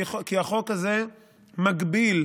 כי החוק הזה מגביל.